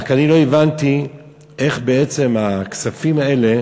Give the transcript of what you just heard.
רק אני לא הבנתי איך בעצם הכספים האלה